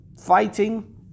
fighting